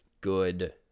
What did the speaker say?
good